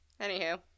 Anywho